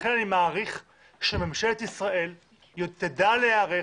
לכן אני מעריך שממשלת ישראל תדע להיערך